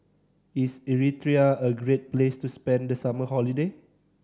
is Eritrea a great place to spend the summer holiday